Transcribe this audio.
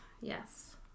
Yes